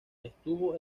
estuvo